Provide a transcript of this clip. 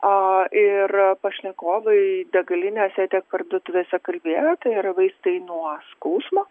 a ir pašnekovai degalinėse tiek parduotuvėse kalbėjo tai yra vaistai nuo skausmo